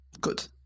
Good